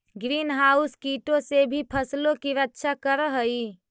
green house कीटों से भी फसलों की रक्षा करअ हई